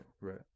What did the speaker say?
right